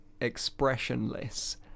expressionless